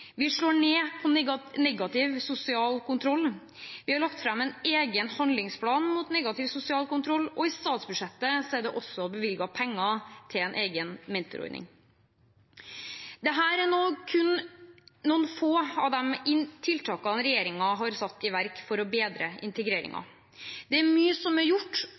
Vi slår ned på negativ sosial kontroll. Vi har lagt fram en egen handlingsplan mot negativ sosial kontroll, og i statsbudsjettet er det også bevilget penger til en egen mentorordning. Dette er kun noen få av de tiltakene regjeringen har satt i verk for å bedre integreringen. Det er mye som er gjort,